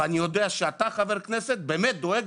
ואני יודע שאתה חבר כנסת שבאמת דואג